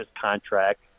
contract